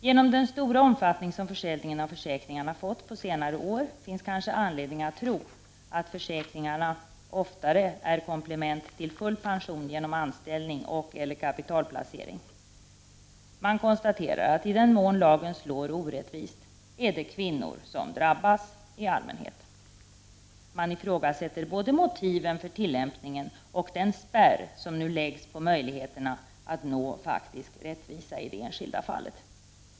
Genom den stora omfattning som försäljningen av försäkringar har fått på senare år finns kanske anledning tro att försäkringarna oftare är ett komplement till full pension genom anställning och/eller kapitalplacering. Man konstaterar att i den mån lagen slår orättvist är det kvinnor som drabbas i allmänhet. Man ifrågasätter både motiven för tillämpningen och den spärr som nu läggs på möjligheterna att nå faktisk rättvisa i det enskilda fallet.